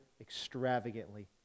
extravagantly